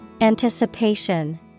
Anticipation